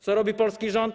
Co robi polski rząd?